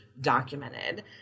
documented